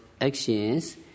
actions